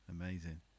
amazing